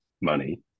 money